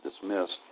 dismissed